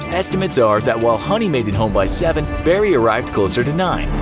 estimates are that while honey made it home by seven, barry arrived closer to nine.